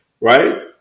Right